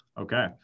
okay